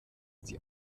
die